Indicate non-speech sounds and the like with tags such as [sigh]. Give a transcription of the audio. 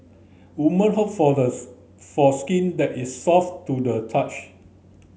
woman hope for the [unintelligible] for skin that is soft to the touch